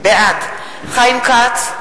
בעד חיים כץ,